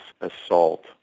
assault